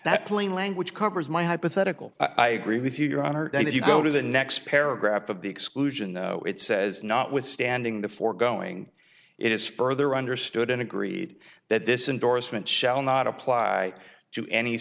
that plain language covers my hypothetical i agree with you your honor and if you go to the next paragraph of the exclusion it says notwithstanding the foregoing it is further understood and agreed that this indorsement shall not apply to any